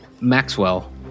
Maxwell